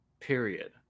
Period